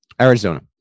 Arizona